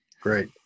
great